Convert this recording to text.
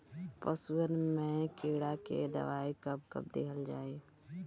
पशुअन मैं कीड़ा के दवाई कब कब दिहल जाई?